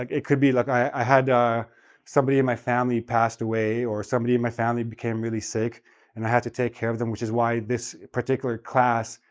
like it could be like, i had ah somebody in my family passed away, or somebody in my family became really sick and i had to take care of them, which is why this particular class,